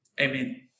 Amen